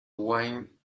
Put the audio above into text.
wind